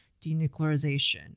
denuclearization